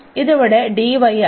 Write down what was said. ഇത് ഇവിടെ യാണ്